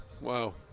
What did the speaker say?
wow